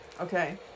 Okay